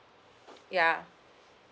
ya